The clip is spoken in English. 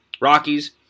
Rockies